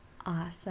Awesome